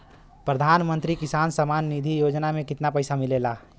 प्रधान मंत्री किसान सम्मान निधि योजना में कितना पैसा मिलेला?